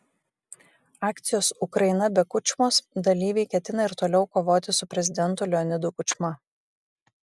akcijos ukraina be kučmos dalyviai ketina ir toliau kovoti su prezidentu leonidu kučma